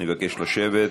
אני מבקש לשבת.